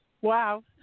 Wow